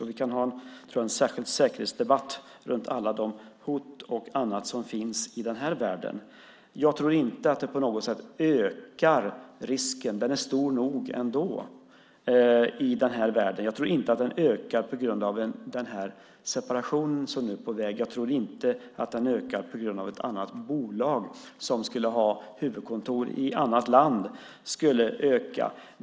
Jag tror att vi kan ha en särskild säkerhetsdebatt runt alla de hot och annat som finns i den här världen. Jag tror inte att det här på något sätt ökar risken. Den är stor nog ändå i den här världen. Jag tror inte att den ökar på grund av den separation som är på väg. Jag tror inte att den ökar på grund av att ett annat bolag skulle ha huvudkontor i annat land.